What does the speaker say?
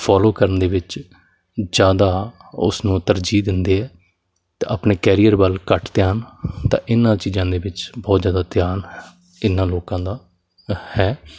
follow ਕਰਨ ਦੇ ਵਿੱਚ ਜ਼ਿਆਦਾ ਉਸਨੂੰ ਤਰਜੀਹ ਦਿੰਦੇ ਹੈ ਤਾਂ ਆਪਣੇ ਕੈਰੀਅਰ ਵੱਲ ਘੱਟ ਧਿਆਨ ਤਾਂ ਇਹਨਾਂ ਚੀਜ਼ਾਂ ਦੇ ਵਿੱਚ ਬਹੁਤ ਜ਼ਿਆਦਾ ਧਿਆਨ ਇਹਨਾਂ ਲੋਕਾਂ ਦਾ ਹੈ